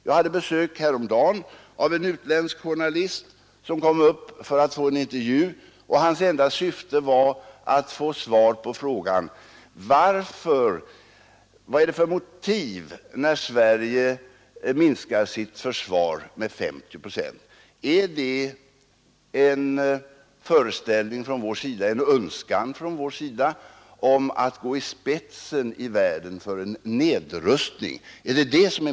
Jag hade besök häromdagen av en utländsk journalist som kom upp för att få en intervju. Hans enda syfte var att få svar på frågan: Vad har Sverige för motiv att minska sitt försvar med 50 procent? Är det en önskan från vår sida att gå i spetsen för en nedrustning i världen?